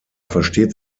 versteht